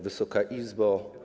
Wysoka Izbo!